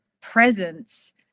presence